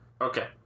Okay